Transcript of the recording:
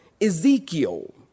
Ezekiel